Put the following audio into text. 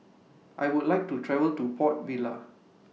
I Would like to travel to Port Vila